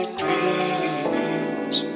dreams